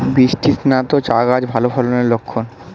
বৃষ্টিস্নাত চা গাছ ভালো ফলনের লক্ষন